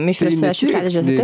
mišriose šiukšliadėžėse taip